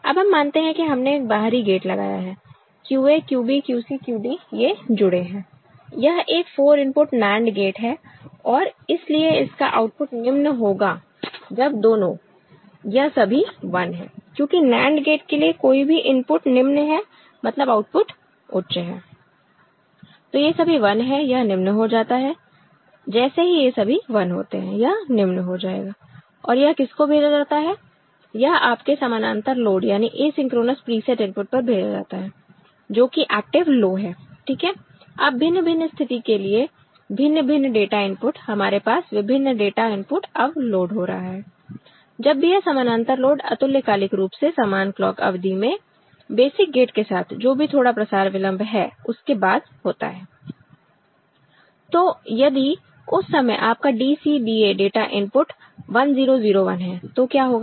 अब हम मानते हैं कि हमने एक बाहरी गेट लगाया है QA QB QC QD ये जुड़े हैं यह एक 4 इनपुट NAND गेट है और इसलिए इसका आउटपुट निम्न होगा जब दोनों यह सभी 1 हैं क्योंकि NAND गेट के लिए कोई भी इनपुट निम्न है मतलब आउटपुट उच्च है तो ये सभी 1 हैं यह निम्न हो जाता है जैसे ही ये सभी 1 होते हैं यह निम्न हो जाएगा और यह किसको भेजा जाता है यह आपके समानांतर लोड यानी एसिंक्रोनस प्रीसेट इनपुट पर भेजा जाता है जोकि एक्टिव लो है ठीक है अब भिन्न भिन्न स्थिति के लिए भिन्न भिन्न डाटा इनपुट हमारे पास विभिन्न डाटा इनपुट अब लोड हो रहा है जब भी यह समानांतर लोड अतुल्यकालिक रूप से समान क्लॉक अवधि में बेसिक गेट के साथ जो भी थोड़ा प्रसार विलंब है उसके बाद होता है तो यदि उस समय आपका DCBA डाटा इनपुट 1 0 0 1 है तो क्या होगा